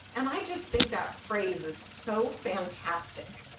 and i just think that phrase is so fantastic,